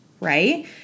right